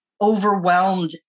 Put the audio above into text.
overwhelmed